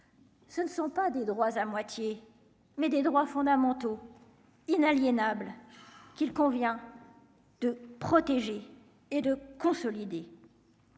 ce ne sont pas des droits à moitié mais des droits fondamentaux, inaliénables qu'il convient de protéger et de consolider.